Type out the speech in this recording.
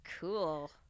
cool